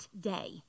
day